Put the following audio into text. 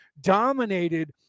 dominated